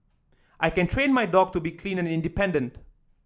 I can train my dog to be clean and independent